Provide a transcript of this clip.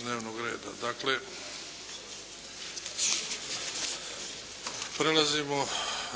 dnevnog reda. Dakle, prelazimo